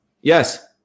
Yes